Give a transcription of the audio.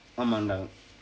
ஆமாம்:aamaam dah